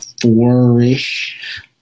four-ish